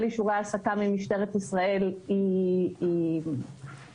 אישורי העסקה ממשטרת ישראל היא בעייתית,